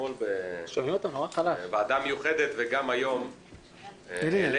אתמול בוועדה המיוחדת וגם היום --- קושניר,